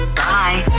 bye